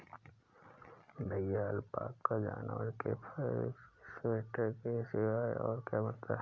भैया अलपाका जानवर के फर से स्वेटर के सिवाय और क्या बनता है?